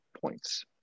points